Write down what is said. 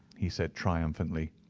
he said, triumphantly.